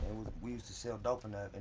we used to sell dope and